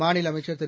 மாநில அமைச்சர் திரு